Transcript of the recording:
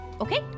Okay